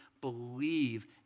believe